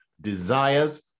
desires